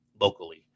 locally